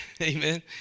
Amen